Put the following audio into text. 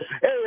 Hey